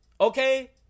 okay